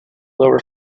lower